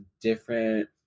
different